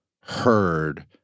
heard